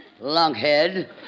Lunkhead